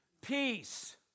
peace